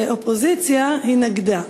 ואופוזיציה היא "נגדה".